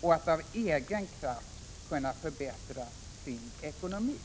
och att av egen kraft kunna förbättra sin ekonomi.